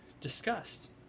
discussed